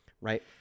right